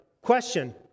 Question